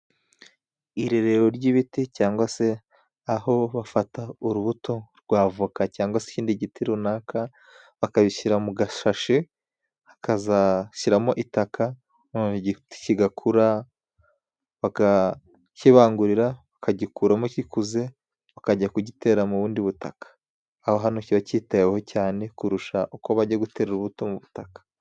Irerero ry'ibiti cyangwa se aho bafata urubuto rwa avoka cyangwa se ikindi giti runaka, bakabishyira mu gashashe, bakazashyiramo itaka, igiti kigakura bakakibangurira, bakagikuramo gikuze bakajya kugitera mu bundi butaka. Aho hantu kiba kitaweho cyane kurusha uko bajya gutera urubuto mu butaka.